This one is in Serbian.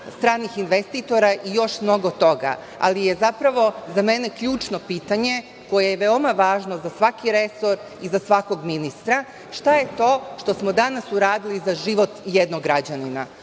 stranih investitora i još mnogo toga, ali je zapravo za mene ključno pitanje, koje je veoma važno za svaki resor i za svakog ministra, šta je to što smo danas uradili za život jednog građanina?